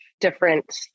different